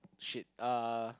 shit uh